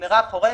מרב חורב,